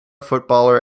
footballer